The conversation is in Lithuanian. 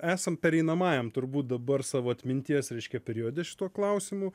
esant pereinamajam turbūt dabar savo atminties reiškia periode šituo klausimu